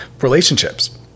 relationships